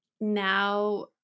now